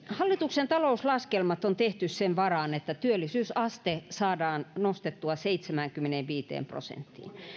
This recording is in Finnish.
hallituksen talouslaskelmat on tehty sen varaan että työllisyysaste saadaan nostettua seitsemäänkymmeneenviiteen prosenttiin